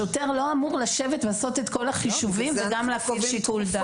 שוטר לא אמור לשבת ולעשות את כל החישובים וגם להפעיל שיקול דעת.